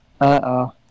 Uh-oh